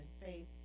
faith